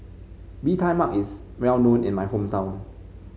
Bee Tai Mak is well known in my hometown